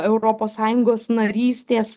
europos sąjungos narystės